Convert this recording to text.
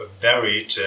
buried